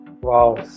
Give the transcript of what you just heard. wow